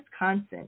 Wisconsin